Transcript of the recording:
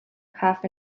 half